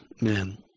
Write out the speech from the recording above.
Man